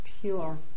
pure